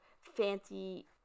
fancy